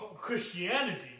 Christianity